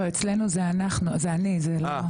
לא אצלנו זה אני, זה לא.